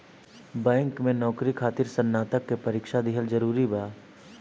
Bank में नौकरी खातिर स्नातक के परीक्षा दिहल जरूरी बा?